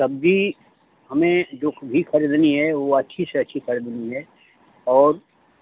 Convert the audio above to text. सब्जी हमें जो भी खरीदनी है वो अच्छी से अच्छी खरीदनी है और